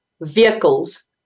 vehicles